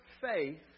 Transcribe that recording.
faith